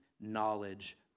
knowledge